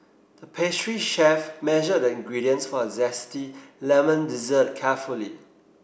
pastry chef measured the ingredients for a zesty lemon dessert carefully